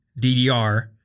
DDR